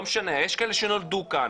יש כאלה שנולדו כאן,